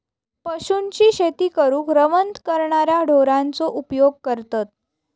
पशूंची शेती करूक रवंथ करणाऱ्या ढोरांचो उपयोग करतत